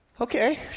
okay